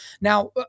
now